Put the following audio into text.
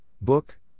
Book